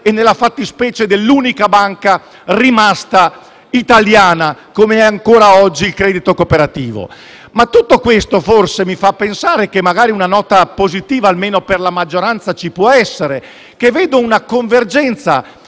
e nella fattispecie dell'unica banca rimasta italiana, com'è ancora oggi il credito cooperativo. Tutto questo, però, forse mi fa pensare che magari una nota positiva, almeno per la maggioranza, ci possa essere, ovvero una convergenza